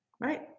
Right